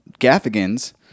Gaffigan's